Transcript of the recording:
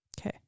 Okay